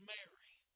Mary